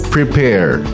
Prepare